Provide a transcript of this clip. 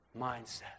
mindset